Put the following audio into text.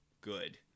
good